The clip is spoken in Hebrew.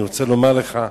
אני רוצה לומר לך,